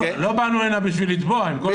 לא באנו הנה כדי לתבוע, עם כל הכבוד.